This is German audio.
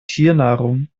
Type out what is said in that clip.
tiernahrung